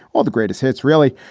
while the greatest hits really.